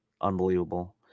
unbelievable